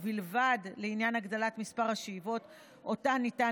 בלבד לעניין הגדלת מספר השאיבות שאותן ניתן